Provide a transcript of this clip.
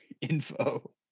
info